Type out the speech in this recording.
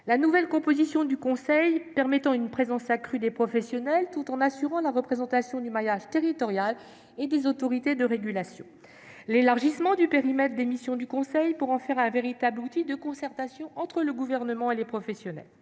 la nouvelle composition du Conseil permettant une présence accrue des professionnels tout en assurant la représentation du maillage territorial et des autorités de régulation ; l'élargissement du périmètre des missions du Conseil pour en faire un véritable outil de concertation entre le Gouvernement et les professionnels